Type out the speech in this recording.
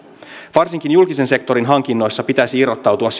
varsinkin julkisen sektorin hankinnoissa pitäisi irrottautua